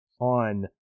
on